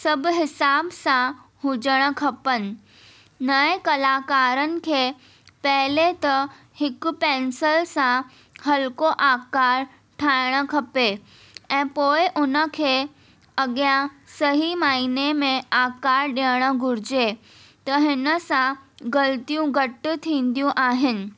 सभु हिसाब सां हुजणु खपनि नए कलाकारनि खे पहिरियों त हिकु पैंसल सां हल्को आकारु ठाहिणु खपे ऐं पोइ उनखे अॻियां सही माइने में आकार ॾियणु घुरिजे त हिनसां ग़लतियूं घटि थींदियूं आहिनि